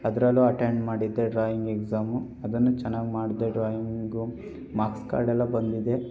ಅದ್ರಲ್ಲೂ ಅಟೆಂಡ್ ಮಾಡಿದ್ದೆ drawing exam ಅದನ್ನೂ ಚೆನ್ನಾಗಿ ಮಾಡಿದೆ ಡ್ರಾಯಿಂಗು ಮಾರ್ಕ್ಸ್ ಕಾರ್ಡೆಲ್ಲ ಬಂದಿದೆ